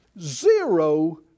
Zero